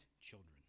children